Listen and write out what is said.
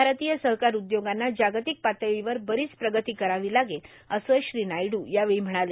भारतीय सहकार उद्योगांना जागतिक पातळीवर बरीच प्रगती करावी लागेल असं श्री नायडू म्हणाले